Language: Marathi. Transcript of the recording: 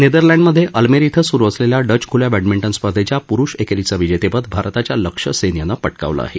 नेदरलंडमध्ये अल्मेर इथं स्रू असलेल्या डच खुल्या बष्ठमिंटन स्पर्धेच्या प्रुष एकेरीचं विजेतेपद भारताच्या लक्ष्य सेन यानं पटकावलं आहे